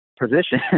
position